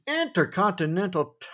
intercontinental